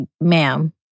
ma'am